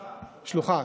שלוחה.